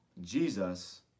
Jesus